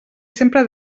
sempre